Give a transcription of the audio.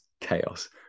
chaos